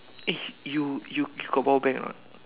eh you you got powerbank or not